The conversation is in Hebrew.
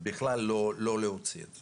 ובכלל לא להוציא את זה.